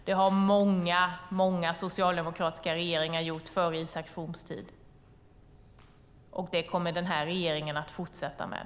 Så har många socialdemokratiska regeringar gjort före Isak Froms tid, och det kommer den här regeringen att fortsätta med.